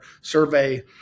survey